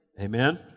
Amen